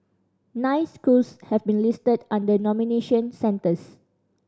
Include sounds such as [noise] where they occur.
nine schools have been listed [unintelligible] nomination centres